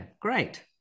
great